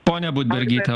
ponia budbergyte